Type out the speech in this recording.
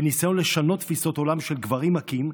בניסיון לשנות תפיסות עולם של גברים מכים,